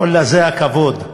ואללה, זה הכבוד.